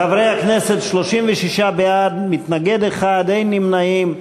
חברי הכנסת, 36 בעד, מתנגד אחד, אין נמנעים.